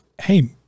hey